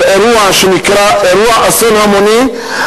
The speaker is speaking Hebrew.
על אירוע שנקרא אירוע אסון המוני,